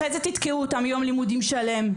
אחרי זה תתקעו אותם ביום לימודים ארוך.